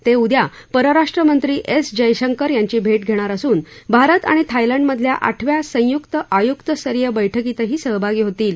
ते उद्या परराष्ट्रमंत्री एस जयशंकर यांची भेट घेणार असून भारत आणि थायलंडमधल्या आठव्या संयुक्त आयुक्त स्तरीय बैठकीतही सहभागी होतील